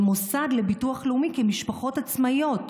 למוסד לביטוח לאומי כמשפחות עצמאיות,